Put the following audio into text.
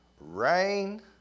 Rain